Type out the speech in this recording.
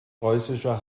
preußischer